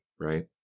right